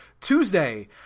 Tuesday